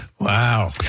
Wow